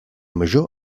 major